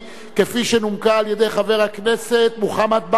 שנומקה על-ידי חבר הכנסת מוחמד ברכה.